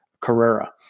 Carrera